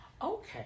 okay